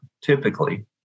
typically